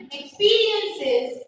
experiences